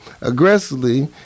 aggressively